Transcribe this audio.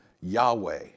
Yahweh